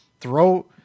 throw